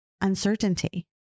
uncertainty